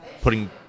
putting